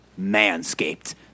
Manscaped